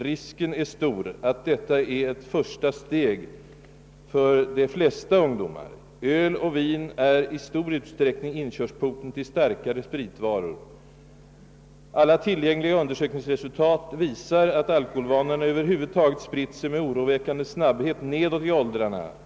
Risken är stor att detta är ett första steg för de flesta ungdomar. Öl och vin är i stor utsträckning inkörsporten till starkare spritvaror. Alla tillgängliga undersökningsresultat visar att alkoholvanorna över huvud taget spritt sig med oroväckande snabbhet nedåt i åldrarna.